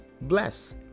bless